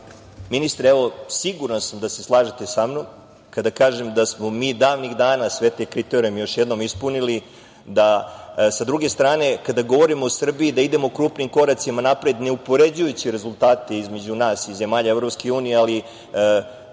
Ministre, siguran sam da se slažete sa mnom kada kažem da smo mi davnih dana sve te kriterijume još jednom ispunili. Sa druge strane, kada govorimo o Srbiji, da idemo krupnim koracima napred ne upoređujući rezultate između nas i zemalja EU, ali